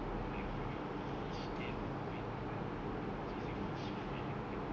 of like growing fish and and the plant so it's a fish farm and the plant farm